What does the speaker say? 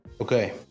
Okay